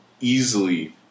easily